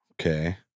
Okay